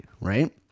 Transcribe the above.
right